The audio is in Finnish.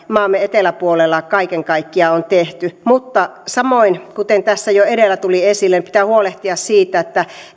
maamme eteläpuolella kaiken kaikkiaan on tehty mutta samoin kuten tässä jo edellä tuli esille pitää huolehtia siitä että